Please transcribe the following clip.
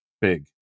big